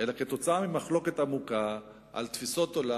אלא כתוצאה ממחלוקת עמוקה על תפיסות עולם,